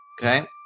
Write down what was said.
Okay